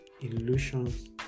illusions